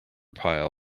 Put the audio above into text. pile